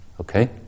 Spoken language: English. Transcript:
Okay